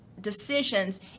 decisions